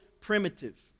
primitive